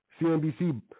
CNBC